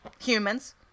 Humans